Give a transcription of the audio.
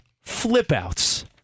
flip-outs